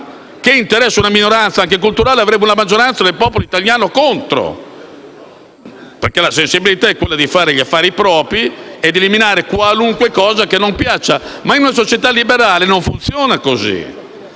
che interessa una minoranza, anche culturale, avrebbe la maggioranza del popolo italiano contro, perché la sensibilità è farsi gli affari propri ed eliminare qualsiasi cosa che non piaccia. Ma in una società liberale non funziona così: